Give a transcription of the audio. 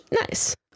nice